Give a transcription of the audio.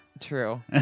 True